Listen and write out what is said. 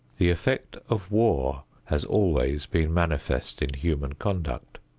the effect of war has always been manifest in human conduct.